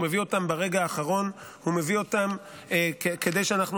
הוא מביא אותן ברגע האחרון כדי שאנחנו